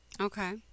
okay